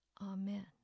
amen